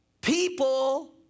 people